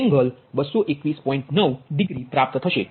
9 degree પ્રરાપ્ત થશે